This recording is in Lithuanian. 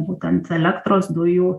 būtent elektros dujų